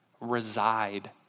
reside